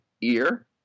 ear